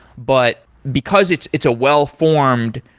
but because it's it's a well-formed,